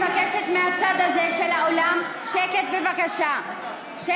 ראש האופוזיציה עומד ומדבר,